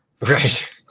right